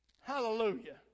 Hallelujah